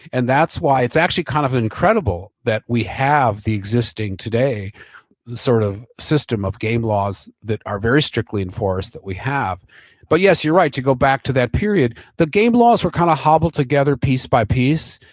and that's why it's actually kind of incredible that we have the existing today sort of system of game laws that are very strictly enforced that we have but yes, you're right, to go back to that period, the game laws were kind of hobbled together piece by piece.